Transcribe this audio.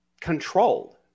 controlled